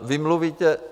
Vy mluvíte...